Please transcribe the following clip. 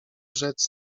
rzec